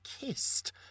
kissed